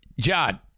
John